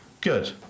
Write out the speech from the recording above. good